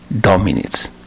dominates